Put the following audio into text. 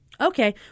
Okay